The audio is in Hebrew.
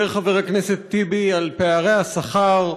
חבר הכנסת טיבי דיבר על פערי השכר.